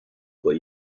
vor